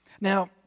Now